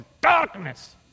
darkness